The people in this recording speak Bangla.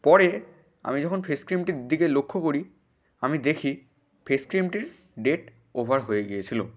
পরে আমি যখন ফেস ক্রিমটির দিকে লক্ষ করি আমি দেখি ফেস ক্রিমটির ডেট ওভার হয়ে গিয়েছিল